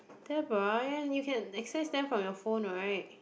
Deborah you can access them from your phone right